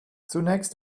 zunächst